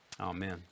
Amen